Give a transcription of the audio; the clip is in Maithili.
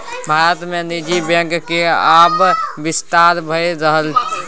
भारत मे निजी बैंकक आब बिस्तार भए रहलैए